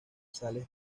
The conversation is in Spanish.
sales